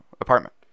apartment